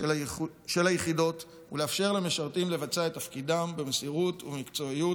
של היחידות ולאפשר למשרתים לבצע את תפקידם במסירות ובמקצועיות,